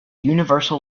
universal